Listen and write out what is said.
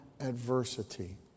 adversity